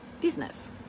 business